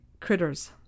critters